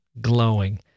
glowing